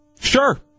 Sure